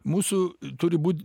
mūsų turi būt